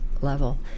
level